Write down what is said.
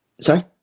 Sorry